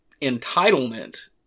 entitlement